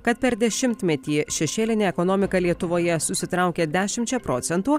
kad per dešimtmetį šešėlinė ekonomika lietuvoje susitraukė dešimčia procentų